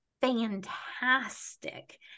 fantastic